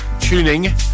tuning